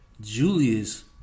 Julius